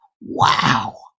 Wow